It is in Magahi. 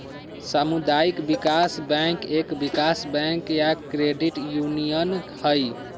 सामुदायिक विकास बैंक एक विकास बैंक या क्रेडिट यूनियन हई